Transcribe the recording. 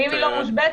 ואם היא לא מושבתת,